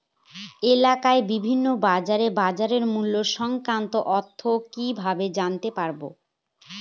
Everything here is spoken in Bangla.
এলাকার বিভিন্ন বাজারের বাজারমূল্য সংক্রান্ত তথ্য কিভাবে জানতে পারব?